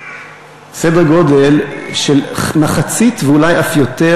סדר גודל של מחצית ואולי אף יותר